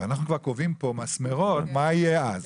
ואנחנו כבר קובעים כאן מסמרות מה יהיה אז.